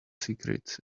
secrets